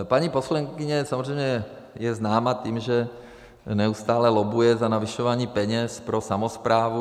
Paní poslankyně je samozřejmě známá tím, že neustále lobbuje za navyšování peněz pro samosprávu.